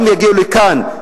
גם יגיעו לכאן,